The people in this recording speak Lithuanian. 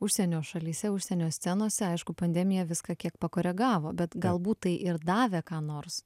užsienio šalyse užsienio scenose aišku pandemija viską kiek pakoregavo bet galbūt tai ir davė ką nors